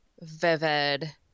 vivid